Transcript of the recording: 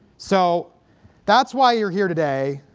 so that's why you're here today.